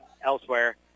elsewhere